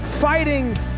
fighting